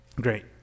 Great